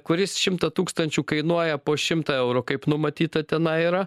kuris šimtą tūkstančių kainuoja po šimtą eurų kaip numatyta tenai yra